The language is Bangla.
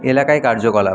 এলাকায় কার্যকলাপ